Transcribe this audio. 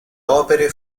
opere